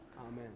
Amen